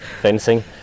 fencing